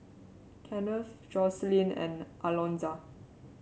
Kennth Jocelyn and Alonza